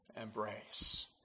embrace